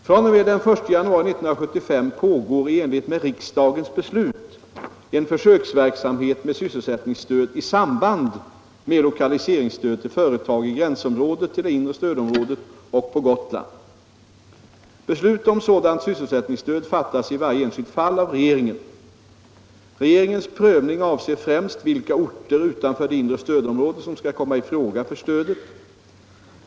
fr.o.m. den 1 januari 1975 pågår i enlighet med riksdagens beslut en försöksverksamhet med sysselsättningsstöd i samband med lokaliseringsstöd till företag i gränsområdet till det inre stödområdet och på Gotland. Beslut om sådant sysselsättningsstöd fattas i varje enskilt fall av regeringen. Regeringens prövning avser främst vilka orter utanför det inre stödområdet som skall komma i fråga för stödet.